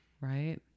right